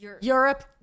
Europe